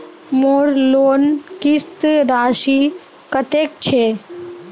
मोर लोन किस्त राशि कतेक छे?